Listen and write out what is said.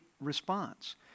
response